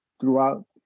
throughout